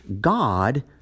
God